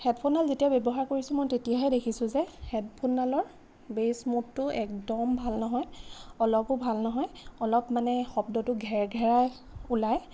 হেডফোনডাল যেতিয়া ব্য়ৱহাৰ কৰিছোঁ মই তেতিয়াহে দেখিছোঁ যে হেডফোনডালৰ বেচ মুডটো একদম ভাল নহয় অলপো ভাল নহয় অলপমানে শব্দটো ঘেৰঘেৰাই ওলায়